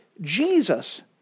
Jesus